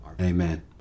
Amen